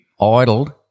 idled